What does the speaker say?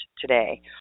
today